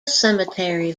cemetery